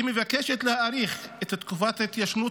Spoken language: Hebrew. והיא מבקשת להאריך את תקופת ההתיישנות